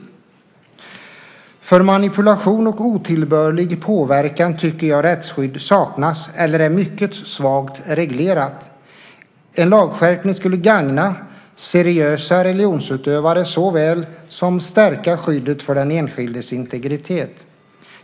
När det gäller manipulation och otillbörlig påverkan tycker jag att rättsskydd saknas eller är mycket svagt reglerat. En lagskärpning skulle såväl gagna seriösa religionsutövare som stärka skyddet för den enskildes integritet.